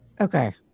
Okay